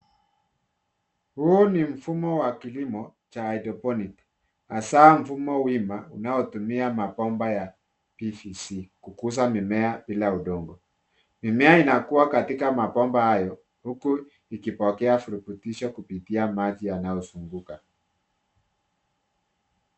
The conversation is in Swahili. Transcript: Huu ni mfumo wa kilimo cha hydroponic , hasa mfumo wima unaotumia mabomba ya PVC kukuza mimea bila udongo. Mimea inakua katika mabomba hayo, huku ikipokea virutubisho kupitia maji yanayo zunguka.